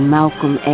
Malcolm